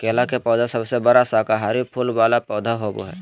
केला के पौधा सबसे बड़ा शाकाहारी फूल वाला पौधा होबा हइ